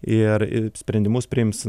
ir ir sprendimus priims